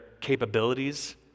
capabilities